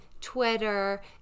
Twitter